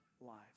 lives